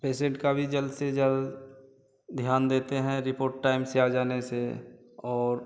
patient का भी जल्द से जल्द ध्यान देते हैं रिपोर्ट टाइम से आ जाने से और